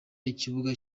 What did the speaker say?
ikibuga